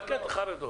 אל תיכנס לחרדות.